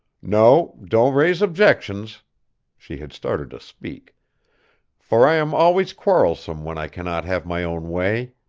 no, don't raise objections she had started to speak for i am always quarrelsome when i cannot have my own way.